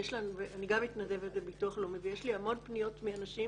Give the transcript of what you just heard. גם מתנדבת בביטוח לאומי ויש לי המון פניות מאנשים